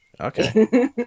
Okay